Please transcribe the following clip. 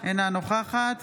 אינה נוכחת